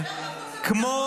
שמצביעים עליו, זה לא החוק.